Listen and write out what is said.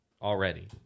Already